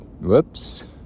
whoops